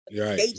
Right